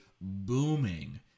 booming